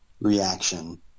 reaction